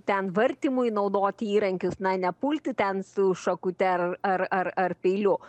ten vartymui naudoti įrankius na nepulti ten su šakute ar ar ar ar peiliu